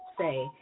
say